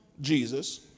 Jesus